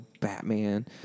Batman